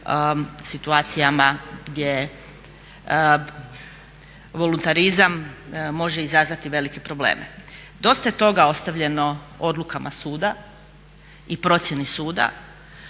situacijama gdje voluntarizam može izazvati velike probleme. Dosta je toga ostavljeno odlukama suda i procjeni suda.